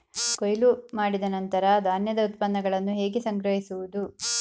ಕೊಯ್ಲು ಮಾಡಿದ ನಂತರ ಧಾನ್ಯದ ಉತ್ಪನ್ನಗಳನ್ನು ಹೇಗೆ ಸಂಗ್ರಹಿಸುವುದು?